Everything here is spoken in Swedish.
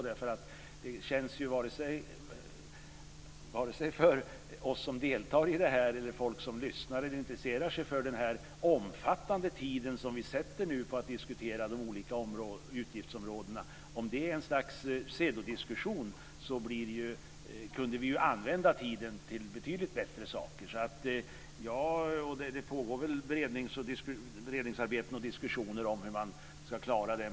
Det känns för oss som deltar i debatten och för folk som lyssnar eller intresserar sig för det här som att vi - om den omfattande tid som vi ansätter för att diskutera de olika utgiftsområdena blir till ett slags pseudodiskussion - kunde använda tiden till betydligt bättre saker. Det pågår beredningsarbeten och diskussioner om hur man ska klara det.